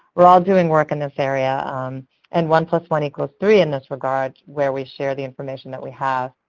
we're all doing work in this area um and one plus one equals three in this regard where we share the information that we have.